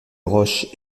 roches